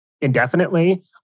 indefinitely